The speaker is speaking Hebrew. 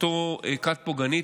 מיהי אותה כת פוגענית.